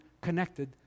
connected